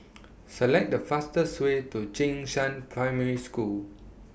Select The fastest Way to Jing Shan Primary School